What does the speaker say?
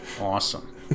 awesome